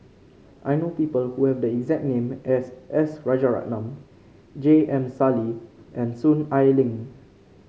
I know people who have the exact name as S Rajaratnam J M Sali and Soon Ai Ling